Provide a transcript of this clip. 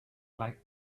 like